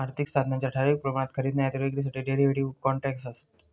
आर्थिक साधनांच्या ठराविक प्रमाणात खरेदी नायतर विक्रीसाठी डेरीव्हेटिव कॉन्ट्रॅक्टस् आसत